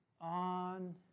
on